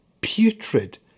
putrid